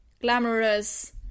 glamorous